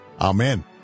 Amen